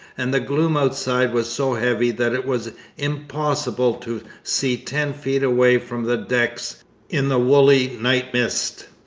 and the gloom outside was so heavy that it was impossible to see ten feet away from the decks in the woolly night mist.